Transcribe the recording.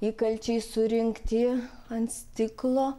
įkalčiai surinkti ant stiklo